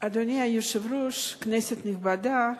אדוני היושב-ראש, כנסת נכבדה,